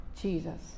Jesus